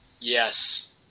Yes